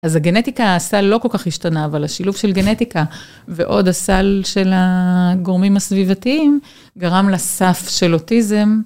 אז הגנטיקה, הסל לא כל כך השתנה, אבל השילוב של גנטיקה ועוד הסל של הגורמים הסביבתיים גרם לסף של אוטיזם.